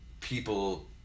people